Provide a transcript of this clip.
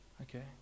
Okay